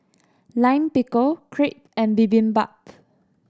Lime Pickle Crepe and Bibimbap